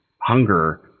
hunger